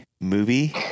movie